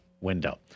window